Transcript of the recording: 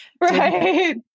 right